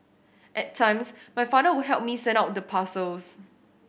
at times my father would help me send out the parcels